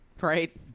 Right